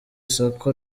soko